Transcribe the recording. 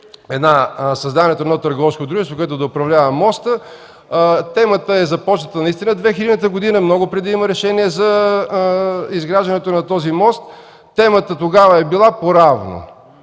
беше създаването на едно търговско дружество, което да управлява моста. Темата е започната наистина 2000-та година, много преди да има решение за изграждането на този мост. Тогава темата е била „по равно”.